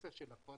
נושא של הפרדה,